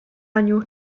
aniu